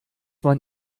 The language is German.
man